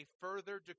further